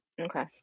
Okay